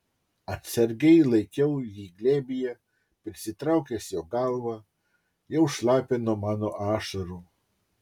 atsargiai laikiau jį glėbyje prisitraukęs jo galvą jau šlapią nuo mano ašarų